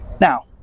Now